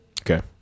okay